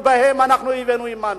שהבאנו עמנו.